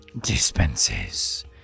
dispenses